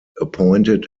appointed